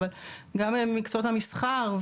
אבל גם במקצועות המסחר,